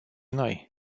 noi